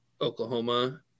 Oklahoma